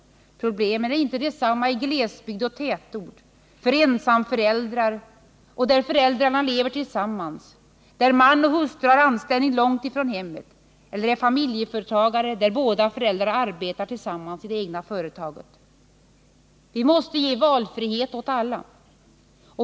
Problemen är inte desamma i glesbygd och tätort, för ensamföräldrar och där föräldrarna lever tillsammans, där man och hustru har anställning långt ifrån hemmet eller är familjeföretagare där båda föräldrarna arbetar tillsammans i det egna företaget. Vi måste ge valfrihet åt alla.